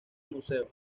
museo